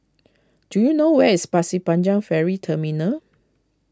do you know where is Pasir Panjang Ferry Terminal